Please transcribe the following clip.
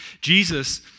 Jesus